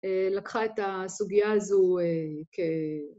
לקחה את הסוגיה הזו כ...